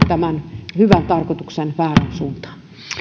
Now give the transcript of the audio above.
tämän hyvän tarkoituksen väärään suuntaan